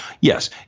Yes